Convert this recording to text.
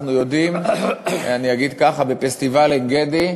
ואגיד כך: בפסטיבל עין-גדי,